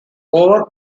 over